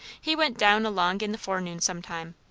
he went down along in the forenoon some time.